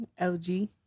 LG